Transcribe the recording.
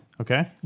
Okay